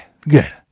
good